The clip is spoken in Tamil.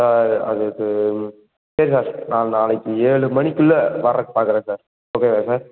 அதுக்கு சரி சார் நான் நாளைக்கு ஏழு மணிக்குள்ளே வரக்கு பார்க்குறேன் சார் ஓகேவா சார்